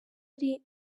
ari